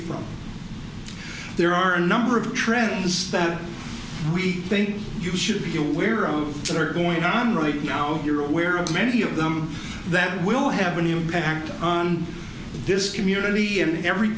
from there are a number of trends that we think you should be aware of that are going on right now you're aware of many of them that will have an impact on this community in every